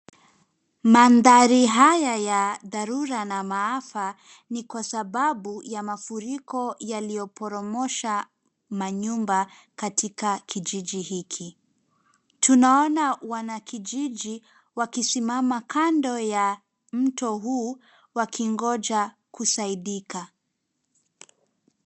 Mandhari haya ya dharura na maafa ni kwa sababu ya mafuriko yaliyoporomosha manyumba katika kijiji hiki. Tunaona wanakijiji wakisimama kando ya mto huu wakingoja kusaidika.